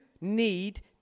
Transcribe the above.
need